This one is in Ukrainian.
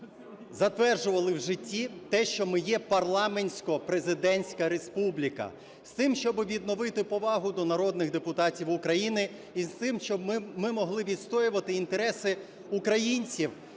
затверджували в житті те, що ми є парламентсько-президентська республіка, з тим, щоб відновити повагу до народних депутатів України, і з тим, щоб ми могли відстоювати інтереси українців